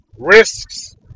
risks